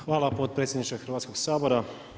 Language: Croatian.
Hvala potpredsjedniče Hrvatskog sabora.